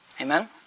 Amen